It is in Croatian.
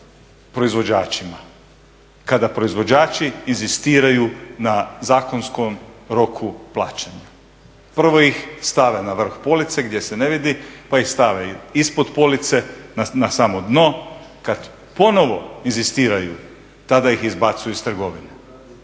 kada proizvođači inzistiraju na zakonskom roku plaćanja? Prvo ih stave na vrh police gdje se ne vidi pa ih stave ispod police, na samo dno. Kad ponovo inzistiraju, tada ih izbacuju iz trgovine.